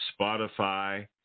Spotify